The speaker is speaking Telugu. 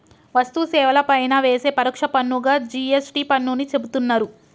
వస్తు సేవల పైన వేసే పరోక్ష పన్నుగా జి.ఎస్.టి పన్నుని చెబుతున్నరు